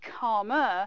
calmer